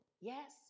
Yes